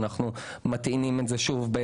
אנחנו מטעינים את זה שוב.